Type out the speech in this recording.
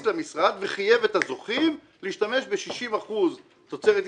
למשרד וחייב את הזוכים להשתמש ב-60% תוצרת ישראלית,